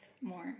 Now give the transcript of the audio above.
more